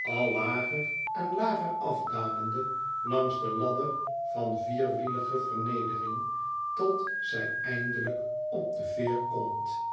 al lager en lager afdalende langs de ladder van vierwielige vernedering tot zij eindelijk op een veer komt